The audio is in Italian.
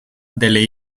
delle